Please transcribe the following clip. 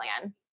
plan